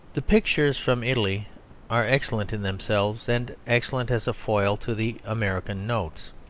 the pictures from italy are excellent in themselves and excellent as a foil to the american notes.